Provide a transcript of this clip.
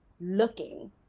looking